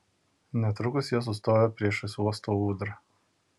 netrukus jie sustojo priešais uosto ūdrą